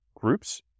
groups